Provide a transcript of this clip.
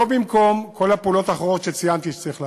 לא במקום כל הפעולות האחרות שציינתי שצריך לעשות.